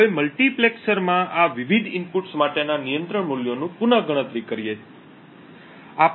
હવે મલ્ટિપ્લેક્સરમાં આ વિવિધ ઇનપુટ્સ માટેના નિયંત્રણ મૂલ્યોનું પુન ગણતરી કરીએ છીએ